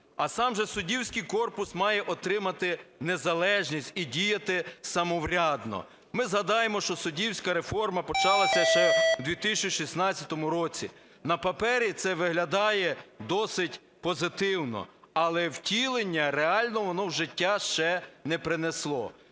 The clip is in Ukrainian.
А сам же суддівський корпус має отримати незалежність і діяти самоврядно. Ми згадаємо, що суддівська реформа почалася ще у 2016 році. На папері це виглядає досить позитивно, але втілення реального воно в життя ще не принесло.